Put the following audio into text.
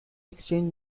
exchanged